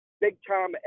big-time